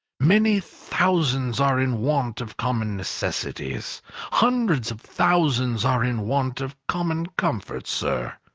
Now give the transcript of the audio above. many thousands are in want of common necessaries hundreds of thousands are in want of common comforts, sir.